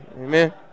Amen